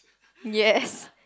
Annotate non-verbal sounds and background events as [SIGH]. [LAUGHS] yes